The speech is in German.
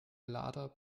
lader